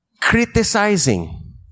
criticizing